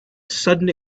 sudden